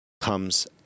comes